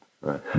right